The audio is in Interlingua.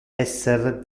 esser